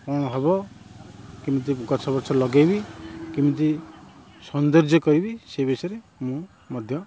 କ'ଣ ହେବ କେମିତି ଗଛପଛ ଲଗାଇବି କେମିତି ସୌନ୍ଦର୍ଯ୍ୟ କରିବି ସେ ବିଷୟରେ ମୁଁ ମଧ୍ୟ